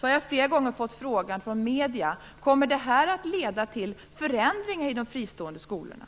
Jag har flera gånger fått frågan från medierna om detta kommer att leda till förändringar i de fristående skolorna.